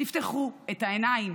תפתחו את העיניים